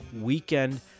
weekend